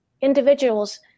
individuals